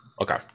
Okay